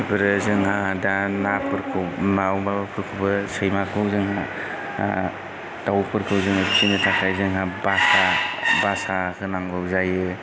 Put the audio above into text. इफोरो जोंहा दा नाफोरखौ माबाफोरखौबो सैमाखौ जों दाउफोरखौ जोङो फिनो थाखाय जोंहा बासा बासा होनांगौ जायो